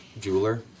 jeweler